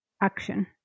action